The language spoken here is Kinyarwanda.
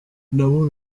nabo